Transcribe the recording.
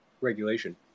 regulation